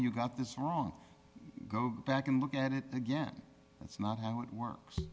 you got this wrong go back and look at it again that's not how it